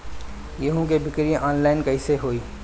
गेहूं के बिक्री आनलाइन कइसे होई?